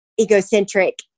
egocentric